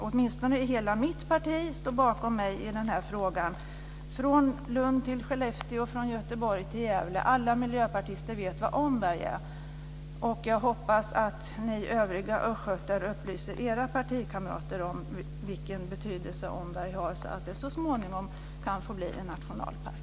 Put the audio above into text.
Åtminstone står hela mitt parti bakom mig i den här frågan, från Lund till Skellefteå, från Göteborg till Gävle - alla miljöpartister vet vad Omberg är. Jag hoppas att ni övriga östgötar upplyser era partikamrater om vilken betydelse Omberg har, så att det så småningom kan få bli en nationalpark.